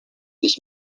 nicht